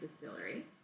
Distillery